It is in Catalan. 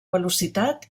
velocitat